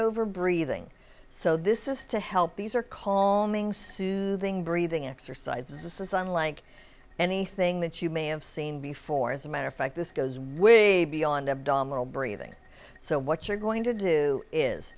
crossover breathing so this is to help these are calling soothing breathing exercises this is unlike anything that you may have seen before as a matter of fact this goes way beyond abdominal breathing so what you're going to do is